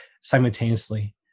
simultaneously